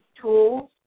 tools